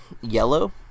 yellow